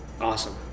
Awesome